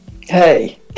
Hey